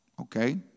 Okay